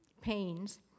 pains